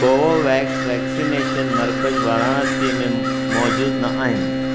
Covovax vaccination मर्कज़ वाराणसी में मौजूदु न आहिनि